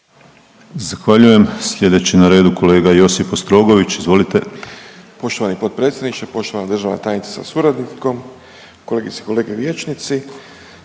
Zahvaljujem. Slijedeći na redu kolega Josip Ostrogović, izvolite. **Ostrogović, Josip (HDZ)** Poštovani potpredsjedniče, poštovana državna tajnice sa suradnikom, kolegice i kolege vijećnici,